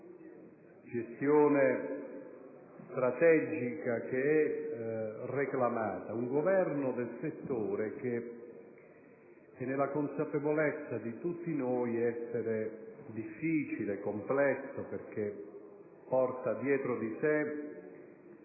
gestione strategica, che è reclamata. Un governo del settore che, nella consapevolezza di tutti noi, è difficile e complesso perché porta dietro di sé